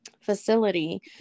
facility